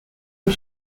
and